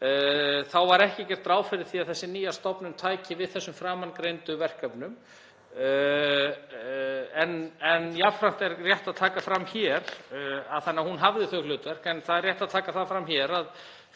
var ekki gert ráð fyrir því að þessi nýja stofnun tæki við þessum framangreindu verkefnum, en jafnframt er rétt að taka fram hér að — þannig að hún hafði þau hlutverk en það er rétt að taka það fram hér að